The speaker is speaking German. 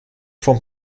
von